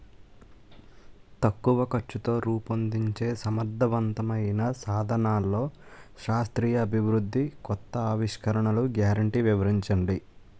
తక్కువ ఖర్చుతో రూపొందించే సమర్థవంతమైన సాధనాల్లో శాస్త్రీయ అభివృద్ధి కొత్త ఆవిష్కరణలు గ్యారంటీ వివరించండి?